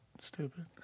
stupid